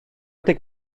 deg